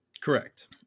Correct